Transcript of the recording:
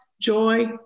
joy